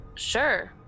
Sure